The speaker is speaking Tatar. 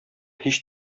һич